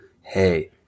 Hey